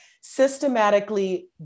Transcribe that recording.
systematically